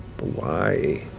but why?